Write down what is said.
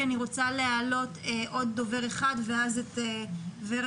כי אני רוצה להעלות עוד דובר אחד ואז את ור"ה.